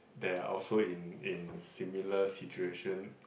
they're also in in similar situation